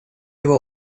его